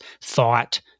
thought